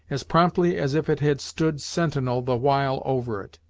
as promptly as if it had stood sentinel the while over it.